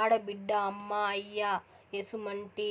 ఆడబిడ్డ అమ్మా, అయ్య ఎసుమంటి